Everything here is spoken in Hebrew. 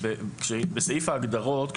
בסעיף ההגדרות,